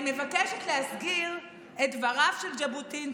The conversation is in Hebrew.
אני מבקשת להזכיר את דבריו של ז'בוטינסקי: